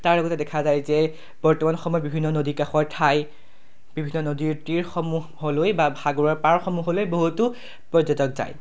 তাৰ লগতে দেখা যায় যে বৰ্তমান সময়ত বিভিন্ন নদী কাষৰ ঠাই বিভিন্ন নদীৰ তীসমূহলৈ বা সাগৰৰ পাৰসমূহলৈ বহুতো পৰ্যটক যায়